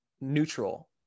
neutral